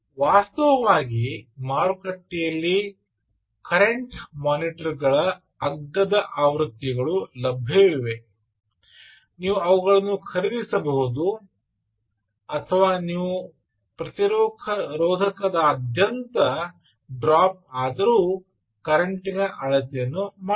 ವಾಸ್ತವವಾಗಿ ಮಾರುಕಟ್ಟೆಯಲ್ಲಿ ಕರೆಂಟ್ ಮಾನಿಟರ್ಗಳ ಅಗ್ಗದ ಆವೃತ್ತಿಗಳು ಲಭ್ಯವಿದೆ ನೀವು ಅವುಗಳನ್ನು ಖರೀದಿಸಬಹುದು ಅಥವಾ ನೀವು ಪ್ರತಿರೋಧಕದಾದ್ಯಂತ ಡ್ರಾಪ್ ಆದರೂ ಕರೆಂಟಿನ ಅಳತೆಯನ್ನು ಮಾಡಬಹುದು